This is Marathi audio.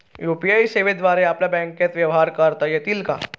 यू.पी.आय सेवेद्वारे आपल्याला बँकचे व्यवहार करता येतात का?